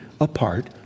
apart